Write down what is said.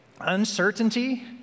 uncertainty